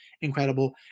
incredible